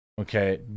Okay